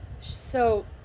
So-